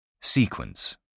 Sequence